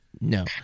No